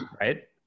right